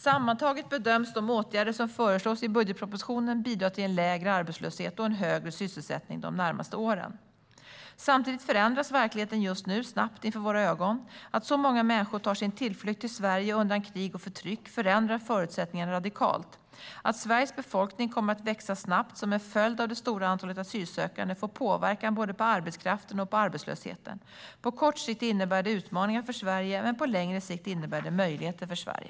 Sammantaget bedöms de åtgärder som föreslås i budgetpropositionen bidra till en lägre arbetslöshet och en högre sysselsättning de närmaste åren. Samtidigt förändras verkligheten just nu snabbt inför våra ögon. Att så många människor tar sin tillflykt till Sverige undan krig och förtryck förändrar förutsättningarna radikalt. Att Sveriges befolkning kommer att växa snabbt som en följd av det stora antalet asylsökande får påverkan både på arbetskraften och på arbetslösheten. På kort sikt innebär det utmaningar för Sverige, men på längre sikt innebär det möjligheter för Sverige.